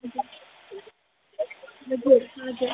हजुर